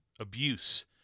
abuse